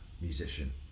musician